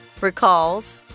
recalls